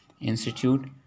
Institute